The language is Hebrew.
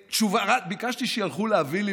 ביקשתי שילכו להביא לי,